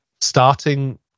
starting